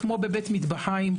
כמו בבית מטבחיים,